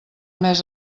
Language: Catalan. mes